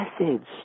message